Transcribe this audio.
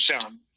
sound